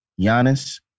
Giannis